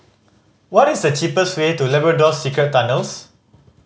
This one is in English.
what is the cheapest way to Labrador Secret Tunnels